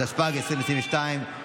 התשפ"ג 2022,